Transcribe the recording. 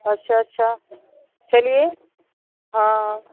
अच्छा अच्छा चलिए हाँ